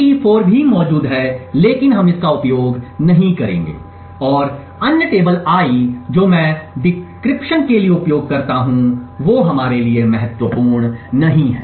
Te4 भी मौजूद है लेकिन हम इसका उपयोग नहीं करेंगे और अन्य टेबल I जो मैं डिक्रिप्शन के लिए उपयोग करता हूं जो हमारे लिए महत्वपूर्ण नहीं है